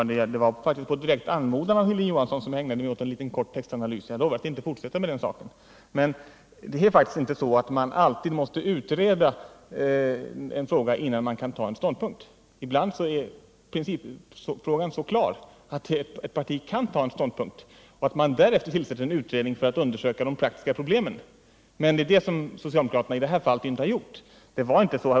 Herr talman! Det var på en direkt an modan från Hilding Johansson som jag ägnade mig åt en kort textanalys. Jag lovar att inte fortsätta med den saken. Man måste faktiskt inte alltid utreda en fråga innan man tar ställning. Ibland är principfrågan så klar att ett parti först kan ta ställning och därefter tillsätta en utredning för att undersöka de praktiska problemen. Det har socialdemokraterna i detta fall inte gjort.